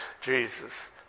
Jesus